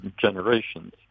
generations